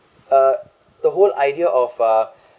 uh the whole idea of uh